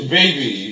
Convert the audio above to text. Baby